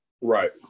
Right